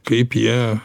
kaip jie